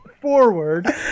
forward